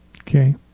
Okay